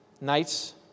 nights